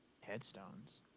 headstones